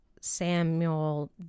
Samuel